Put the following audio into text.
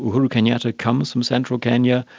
uhuru kenyatta comes from central kenya,